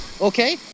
okay